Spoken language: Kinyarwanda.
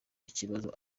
ikibazo